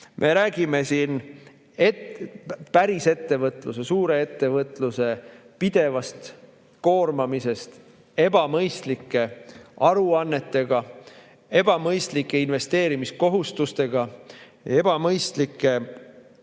Me räägime siin päris ettevõtluse, suure ettevõtluse pidevast koormamisest ebamõistlike aruannetega, ebamõistlike investeerimiskohustustega, ebamõistlike